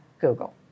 Google